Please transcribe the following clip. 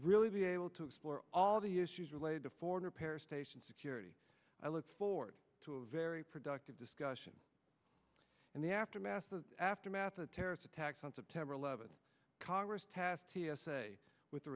really be able to explore all the issues related to foreigner pair station security i look forward to a very productive discussion in the aftermath of aftermath of terrorist attacks on september eleventh congress to pass t s a with the